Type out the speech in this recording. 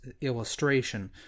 illustration